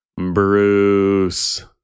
Bruce